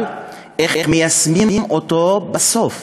אבל איך מיישמים אותו בסוף?